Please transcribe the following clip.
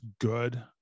good